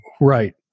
right